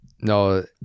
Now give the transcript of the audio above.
no